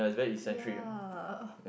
yea